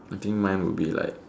I think mine would be like